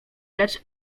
lecz